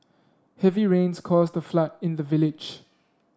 heavy rains caused a flood in the village